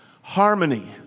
harmony